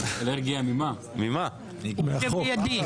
תשעה נגד.